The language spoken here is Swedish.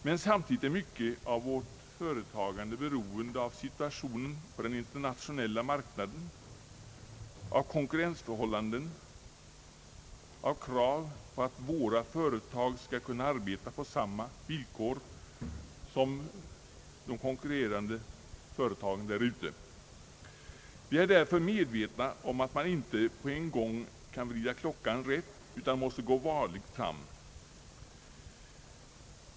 Men samtidigt är mycket av vårt företagande beroende av situationen på den internationella marknaden, av konkurrensförhållanden, av krav på att våra företag skall kunna arbeta på samma villkor som konkurrenterna där ute. Vi är därför medvetna om att man inte på en gång kan vrida klockan rätt utan måste gå varligt fram.